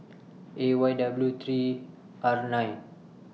A Y W three R nine